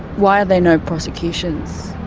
why are there no prosecutions?